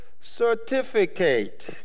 certificate